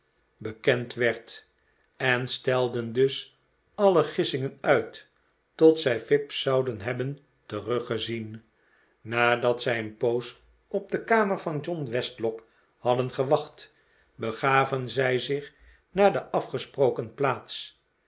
bekend werd en stelden dus alle gissingen uit tot zij fips zouden hebben teruggezien nadat zij een poos op de kamer van john westlock hadden gewacht begaven zij zich naar de afgesproken plaats